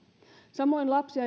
samoin lapsia